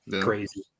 crazy